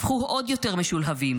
הפכו עוד יותר משולהבים.